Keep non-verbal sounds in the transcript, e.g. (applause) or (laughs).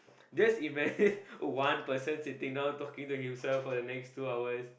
just imagine (laughs) one person sitting down talking to himself for the next two hours